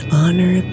honor